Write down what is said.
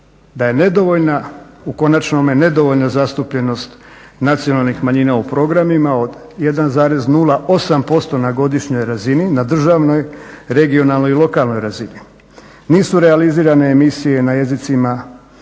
da je u konačnome nedovoljna zastupljenost nacionalnih manjina u programima od 1,08% na godišnjoj razini, na državnoj, regionalnoj i lokalnoj razini. Nisu realizirane emisije na jezicima